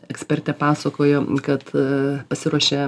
ekspertė pasakojo kad aa pasiruošė